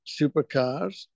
Supercars